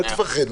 אל תפחד,